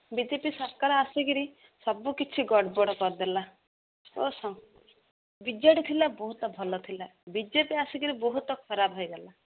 ବି J P ସରକାର ଆସିକିରି ସବୁକିଛି ଗଡ଼ବଡ଼ କରିଦେଲା ଓ ବି ଜେ ଡ଼ି ଥିଲା ବହୁତ ଭଲ ଥିଲା ବି ଜେ ପି ଆସିକିରି ବହୁତ ଖରାପ ହେଇଗଲା